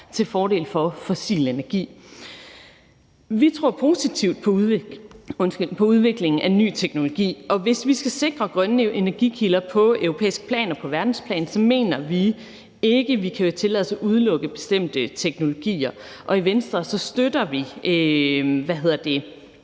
til fordel for fossil energi. Vi tror og ser positivt på udvikling af ny teknologi, og hvis vi skal sikre grønne energikilder på europæisk plan og på verdensplan, mener vi ikke, at vi kan tillade os at udelukke bestemte teknologier. I Venstre støtter vi